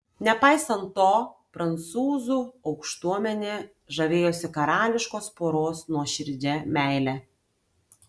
nepaisant to prancūzų aukštuomenė žavėjosi karališkos poros nuoširdžia meile